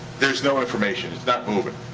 there's no information. it's not moving.